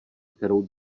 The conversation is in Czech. kterou